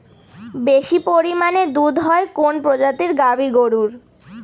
বেশি পরিমানে দুধ হয় কোন প্রজাতির গাভি গরুর?